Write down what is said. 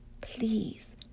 Please